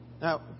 Now